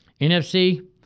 NFC